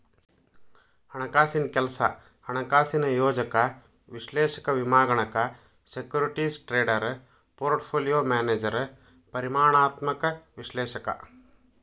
ಹಣಕಾಸಿನ್ ಕೆಲ್ಸ ಹಣಕಾಸಿನ ಯೋಜಕ ವಿಶ್ಲೇಷಕ ವಿಮಾಗಣಕ ಸೆಕ್ಯೂರಿಟೇಸ್ ಟ್ರೇಡರ್ ಪೋರ್ಟ್ಪೋಲಿಯೋ ಮ್ಯಾನೇಜರ್ ಪರಿಮಾಣಾತ್ಮಕ ವಿಶ್ಲೇಷಕ